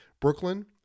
Brooklyn